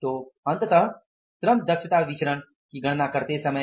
तो अंततः श्रम दक्षता विचरण की गणना करते समय